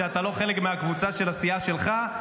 שאתה לא חלק מהקבוצה של הסיעה שלך.